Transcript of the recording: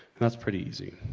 and that's pretty easy.